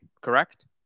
correct